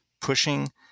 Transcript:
pushing